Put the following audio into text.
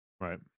right